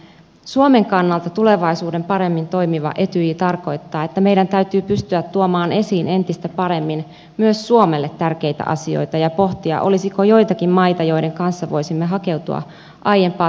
suomen kannalta tulevaisuudessa paremmin toimiva etyj tarkoittaa että meidän täytyy pystyä tuomaan esiin entistä paremmin myös suomelle tärkeitä asioita ja pohtia olisiko joitakin maita joiden kanssa voisimme hakeutua aiempaa tiiviimpään yhteistyöhön